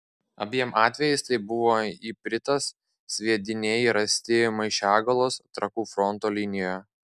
abiem atvejais tai buvo ipritas sviediniai rasti maišiagalos trakų fronto linijoje